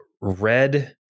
red